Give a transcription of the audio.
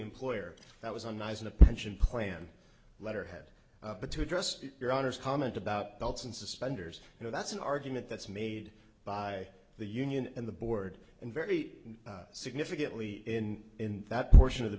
employer that was a nice on a pension plan letterhead but to address your honor's comment about belts and suspenders you know that's an argument that's made by the union and the board and very significantly in in that portion of the